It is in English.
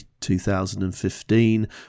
2015